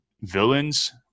villains